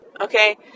okay